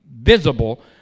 visible